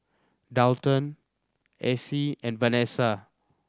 Daulton Acy and Vanesa